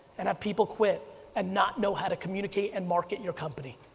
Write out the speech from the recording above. and have people quit and not know how to communicate and market your company.